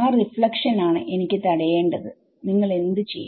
ആ റീഫ്ലക്ഷൻ ആണ് എനിക്ക് തടയേണ്ടത് നിങ്ങൾ എന്ത് ചെയ്യും